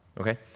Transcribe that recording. Okay